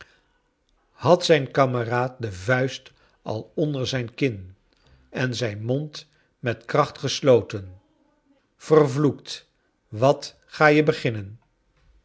had zijn kameraad de vuist al onder zijn kin en zijn mond met kracht gesloten vervloekt wat ga je beginnen